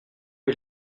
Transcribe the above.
est